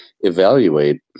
evaluate